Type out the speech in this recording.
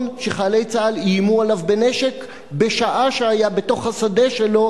שחיילי צה"ל איימו עליו בנשק בשעה שהיה בתוך השדה שלו,